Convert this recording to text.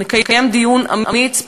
נקיים דיון אמיץ,